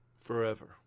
forever